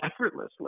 effortlessly